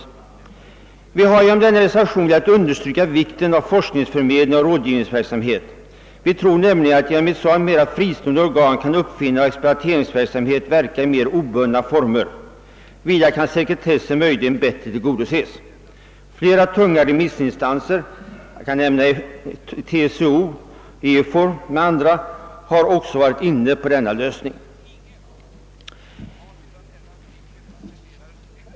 Vi har genom denna vår reservation velat understryka vikten av forskningsförmedling och rådgivningsverksamhet. Vi tror nämligen att uppfinnare och exploateringsverksamhet genom ett sådant mer fristående organ kan verka i mer obundna former. Vidare kan sekretessen möjligen tillgodoses bättre. Flera tunga remissinstanser, såsom TCO och EFOR, har också varit inne på denna lösning.